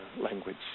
language